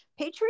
Patreon